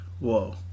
whoa